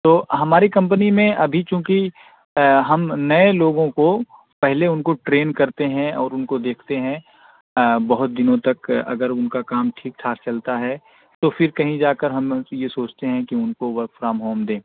تو ہماری کمپنی میں ابھی چونکہ ہم نئے لوگوں کو پہلے ان کو ٹرین کرتے ہیں اور ان کو دیکھتے ہیں بہت دنوں تک اگر ان کا کام ٹھیک ٹھاک چلتا ہے تو پھر کہیں جا کر ہم یہ سوچتے ہیں کہ ان کو ورک فرام ہوم دیں